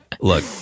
look